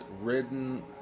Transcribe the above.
ridden